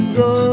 go